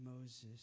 Moses